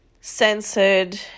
censored